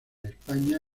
españa